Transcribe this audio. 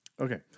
okay